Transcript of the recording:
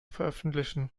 veröffentlichen